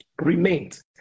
remains